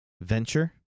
venture